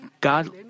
God